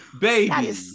baby